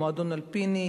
מועדון אלפיני,